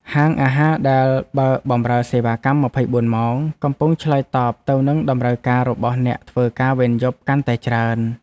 ហាងអាហារដែលបើកបម្រើសេវាកម្ម ២៤ ម៉ោងកំពុងឆ្លើយតបទៅនឹងតម្រូវការរបស់អ្នកធ្វើការវេនយប់កាន់តែច្រើន។